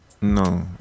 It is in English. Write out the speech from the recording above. No